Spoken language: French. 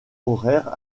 horaires